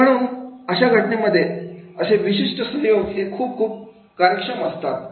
तर म्हणून अशा घटनेमध्ये असे विशिष्ट सहयोग हे खूप खूप खूप कार्यक्षम असतात